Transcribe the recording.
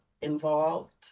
involved